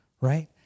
right